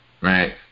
right